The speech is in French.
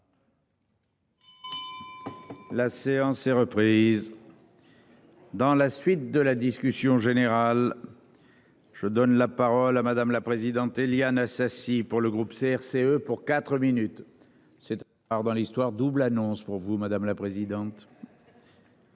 La séance est reprise. Dans la suite de la discussion générale. Je donne la parole à Madame, la présidente, Éliane Assassi. Pour le groupe CRCE pour 4 minutes. Cet alors dans l'histoire double annonce pour vous madame la présidente.